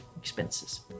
expenses